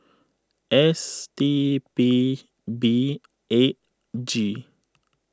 S T B B eight G